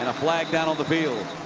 and flag down on the field.